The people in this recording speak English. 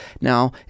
Now